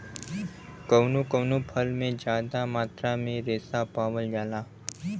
कउनो कउनो फल में जादा मात्रा में रेसा पावल जाला